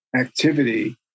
activity